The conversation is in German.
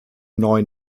neuen